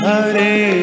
Hare